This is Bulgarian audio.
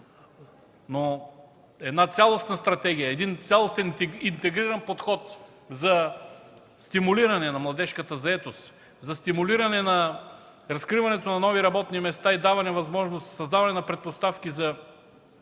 но една цялостна стратегия, един цялостен интегриран подход за стимулиране на младежката заетост, за стимулиране на разкриването на нови работни места и даването на възможност, създаване на предпоставки за